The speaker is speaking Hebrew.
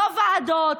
לא ועדות,